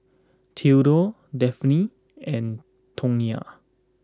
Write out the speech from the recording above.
Thedore Delphine and Tonya